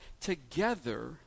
together